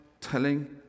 telling